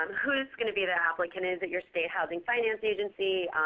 who's going to be that applicant is it your state housing finance agency?